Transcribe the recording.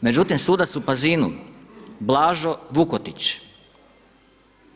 Međutim sudac u Pazinu Blažo Vukotić